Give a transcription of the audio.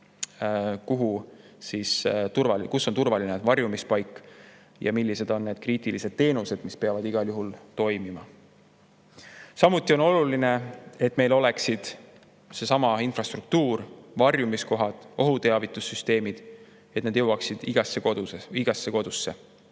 kus on turvaline varjumispaik ja millised on need kriitilised teenused, mis peavad igal juhul toimima. Samuti on oluline, et meil oleksid infrastruktuur, varjumiskohad ja ka ohuteavitussüsteemid, mis jõuaksid igasse kodusse.